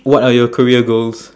what are your career goals